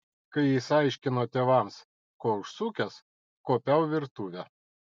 kai jis aiškino tėvams ko užsukęs kuopiau virtuvę